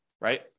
right